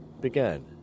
began